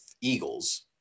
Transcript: Eagles